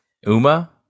Uma